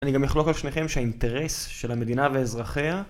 אני גם אחלוק על שניכם שהאינטרס של המדינה ואזרחיה